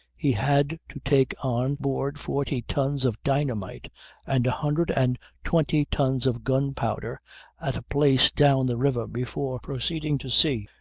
he had to take on board forty tons of dynamite and a hundred and twenty tons of gunpowder at a place down the river before proceeding to sea.